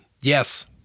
Yes